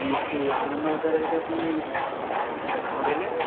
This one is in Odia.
ଏଠୁ ଆନନ୍ଦ ବଜାର ହାରିକା ପୁଣି କ'ଣ କହିଲେ